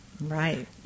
right